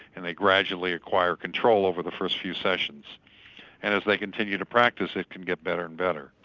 and they gradually acquire control over the first few sessions and as they continue to practice it can get better and better.